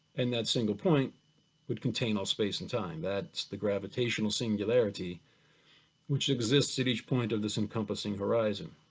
and that single point would contain all space and time, that's the gravitational singularity which exists at each point of this encompassing horizon,